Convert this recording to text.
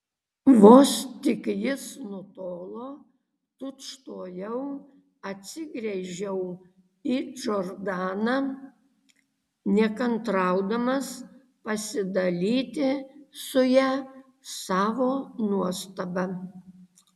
vos tik jis nutolo tučtuojau atsigręžiau į džordaną nekantraudamas pasidalyti su ja savo nuostaba